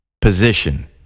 position